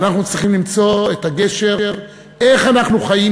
ואנחנו צריכים למצוא את הגשר איך אנחנו חיים,